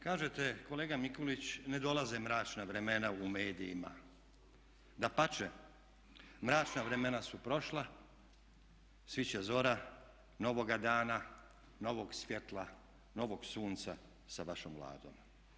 Kažete kolega Mikulić ne dolaze mračna vremena u medijima, dapače mračna vremena su prošla, sviće zora novoga dana, novog svjetla, novog sunca sa vašom Vladom.